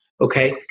okay